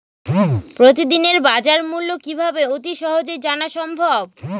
প্রতিদিনের বাজারমূল্য কিভাবে অতি সহজেই জানা সম্ভব?